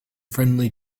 friendly